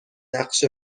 نقش